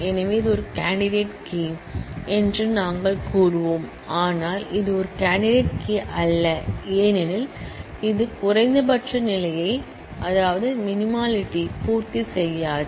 எனவே இது ஒரு கேண்டிடேட் கீ என்று நாங்கள் கூறுவோம் ஆனால் இது ஒரு கேண்டிடேட் கீ அல்ல ஏனெனில் இது குறைந்தபட்ச நிலையை பூர்த்தி செய்யாது